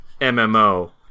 MMO